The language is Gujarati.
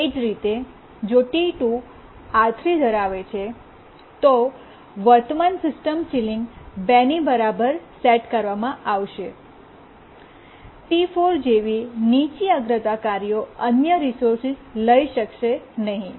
એ જ રીતે જો T2 R3 ધરાવે છે તો વર્તમાન સિસ્ટમ સીલીંગ 2 ની બરાબર સેટ કરવામાં આવશે T4 જેવી નીચી અગ્રતા કાર્યો અન્ય રિસોર્સ લઈ શકશે નહીં